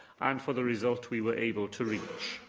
and for the result we were able to reach.